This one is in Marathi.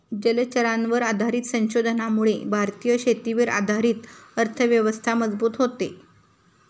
जलचरांवर आधारित संशोधनामुळे भारतीय शेतीवर आधारित अर्थव्यवस्था मजबूत होते